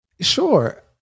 Sure